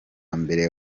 mbere